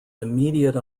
immediate